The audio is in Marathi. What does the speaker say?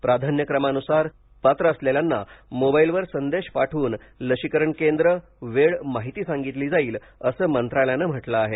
प्राधान्यक्रमानुसार पात्र असलेल्यांना मोबाईलवर संदेश पाठवून लशीकरण केंद्र वेळ माहिती सांगितली जाईल असं मंत्रालयानं म्हटलं आहे